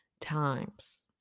times